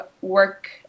work